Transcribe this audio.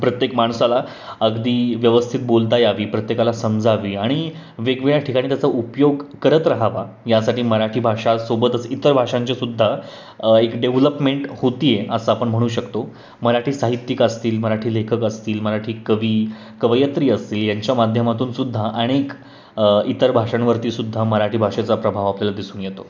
प्रत्येक माणसाला अगदी व्यवस्थित बोलता यावी प्रत्येकाला समजावी आणि वेगवेगळ्या ठिकाणी त्याचा उपयोग करत राहावा यासाठी मराठी भाषा सोबतच इतर भाषांची सुद्धा एक डेव्हलपमेंट होते आहे असं आपण म्हणू शकतो मराठी साहित्यिक असतील मराठी लेखक असतील मराठी कवी कवयित्री असतील यांच्या माध्यमातून सुद्धा अनेक इतर भाषांवरती सुद्धा मराठी भाषेचा प्रभाव आपल्याला दिसून येतो